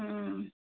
ꯎꯝ